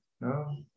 No